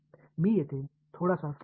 எனவே வலது புறம் இருந்தது